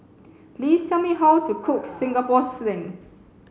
please tell me how to cook Singapore Sling